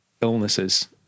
illnesses